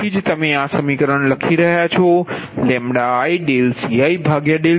તેથી જ તમે આ સમીકરણ લખી રહ્યાં છો LidCidPgi λ જ્યા i23m